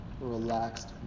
relaxed